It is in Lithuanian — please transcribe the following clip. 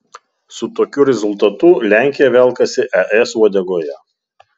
su tokiu rezultatu lenkija velkasi es uodegoje